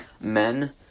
men